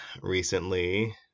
recently